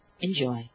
Enjoy